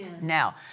Now